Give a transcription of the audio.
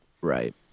Right